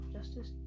Justice